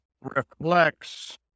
reflects